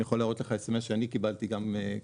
אני יכול להראות לך SMS שאני קיבלתי גם כלקוח.